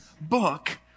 book